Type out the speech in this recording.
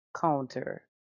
counter